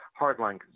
hardline